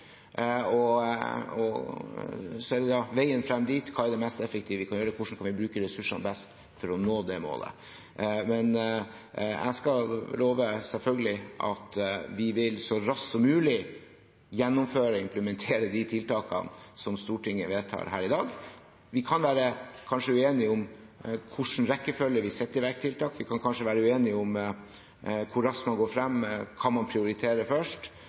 Så er det veien frem dit – hva er det mest effektive vi kan gjøre, hvordan kan vi bruke ressursene best for å nå det målet? Jeg skal selvfølgelig love at vi så raskt som mulig vil gjennomføre og implementere tiltakene som Stortinget vedtar i dag. Vi kan kanskje være uenige om i hvilken rekkefølge vi setter i verk tiltak, vi kan kanskje være uenige om hvor raskt man går frem, hva man prioriterer først,